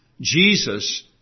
Jesus